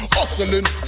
Hustling